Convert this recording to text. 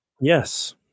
Yes